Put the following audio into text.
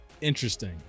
interesting